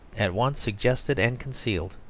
at once suggested and concealed.